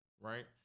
right